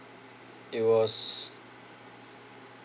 it was